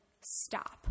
stop